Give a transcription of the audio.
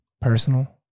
personal